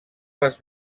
les